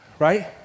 Right